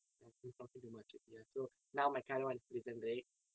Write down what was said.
I've been talking too much okay ya so now my current one is prison break